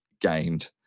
gained